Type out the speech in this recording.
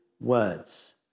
words